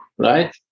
Right